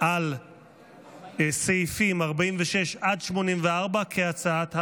על סעיפים 46 עד 84 כהצעת הוועדה.